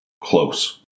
close